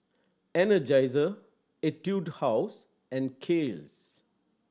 Energizer Etude House and Kiehl's